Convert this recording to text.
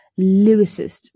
lyricist